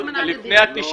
תן לה לסיים.